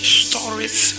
stories